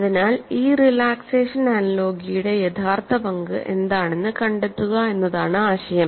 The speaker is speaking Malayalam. അതിനാൽ ഈ റിലാക്സേഷൻ അനലോഗിയുടെ യഥാർത്ഥ പങ്ക് എന്താണെന്ന് കണ്ടെത്തുക എന്നതാണ് ആശയം